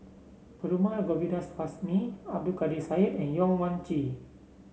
Perumal Govindaswamy Abdul Kadir Syed and Yong Mun Chee